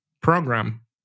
program